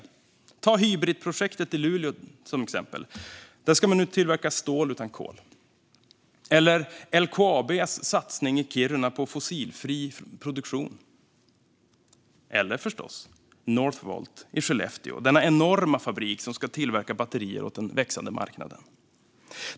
Några exempel är Hybritprojektet i Luleå, där man nu ska tillverka stål utan kol, LKAB:s satsning i Kiruna på fossilfri produktion och förstås Northvolt i Skellefteå, denna enorma fabrik som ska tillverka batterier åt den växande marknaden.